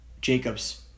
Jacobs